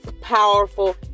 powerful